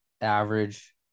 average